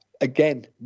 again